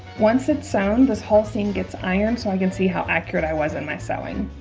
once it's sewn this whole scene gets ironed so i can see how accurate i was in my sewing